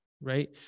right